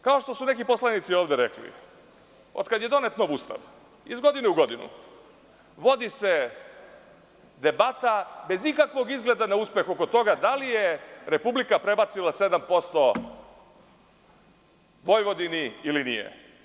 Kao što su neki poslanici ovde rekli, od kada je donet nov Ustav, iz godine u godinu vodi se debata bez ikakvog izgleda na uspeh oko toga da li je Republika prebacila 7% Vojvodini ili nije.